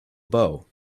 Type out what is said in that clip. bow